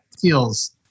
feels